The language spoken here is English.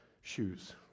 shoes